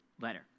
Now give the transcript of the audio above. letter